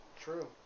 True